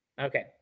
Okay